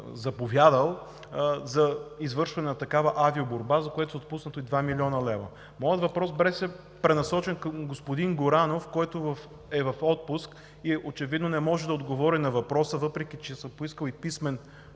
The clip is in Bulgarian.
за извършване на такава авиоборба, за което са отпуснати 2 млн. лв. Моят въпрос беше пренасочен към господин Горанов, който е в отпуск и очевидно не може да отговори на въпроса, въпреки че съм поискал и писмен